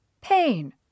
Pain